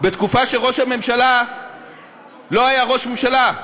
בתקופה שראש הממשלה לא היה ראש ממשלה.